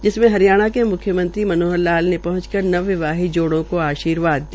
जिसमें हरियाणा के मुख्यमंत्री मनोहर लाल ने पहंचकर नवविवाहित जोड़ों को आशीर्वाद दिया